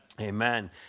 Amen